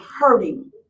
hurting